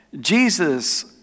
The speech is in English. Jesus